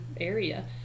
area